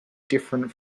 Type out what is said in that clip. different